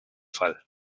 fall